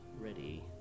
ready